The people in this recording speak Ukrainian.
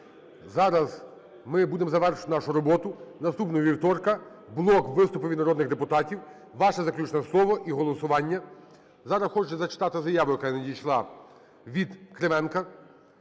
Зараз ми будемо завершувати нашу роботу. Наступного вівторка – блок виступи від народних депутатів, ваше заключне слово і голосування. Зараз хоче зачитати заяву, яка надійшла від Кривенка.